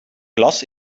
glas